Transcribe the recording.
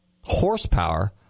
horsepower